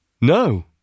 No